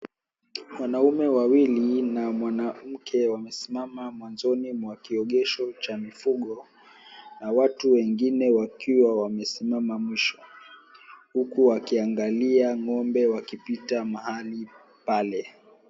Wanaume wawili na mwanamke wamesimama mwanzoni mwa kiogesho cha mifugo na watu wengine wakiwa wamesimama mwisho huku wakiangalia ng'ombe wakipita mahali pale.